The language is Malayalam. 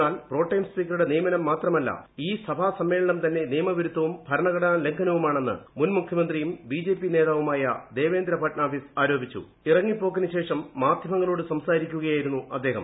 എന്നാൽ പ്രോടേം സ്പീക്കറുടെ നിയമനം മാത്രമല്ല ഈ സഭാ സമ്മേളനം തന്നെ നിയമ വിരുദ്ധവും ഭരണഘടനാ ലംഘനവുമാണെന്ന് മുൻ മുഖ്യമന്ത്രിയും ബിജെപി നേതാവുമായ ഇറങ്ങിപ്പോക്കിനുശേഷം മാധ്യമങ്ങളോട് സംസാരിക്കുകയായിരുന്നു അദ്ദേഹം